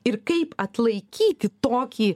ir kaip atlaikyti tokį